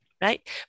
Right